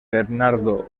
bernardo